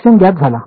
χn ज्ञात झाला